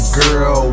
girl